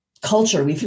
culture